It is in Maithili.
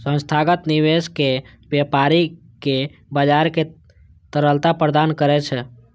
संस्थागत निवेशक व्यापारिक बाजार कें तरलता प्रदान करै छै